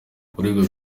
kuribwa